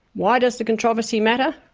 why does the controversy matter?